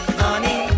honey